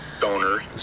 Donor